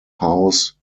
house